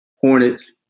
Hornets